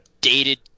dated